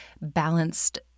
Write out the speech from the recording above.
balanced